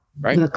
right